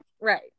Right